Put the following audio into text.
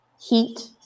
heat